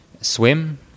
swim